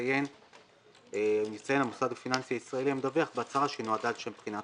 יציין המוסד הפיננסי הישראלי המדווח בהצהרה שהיא נועדה לשם בחינת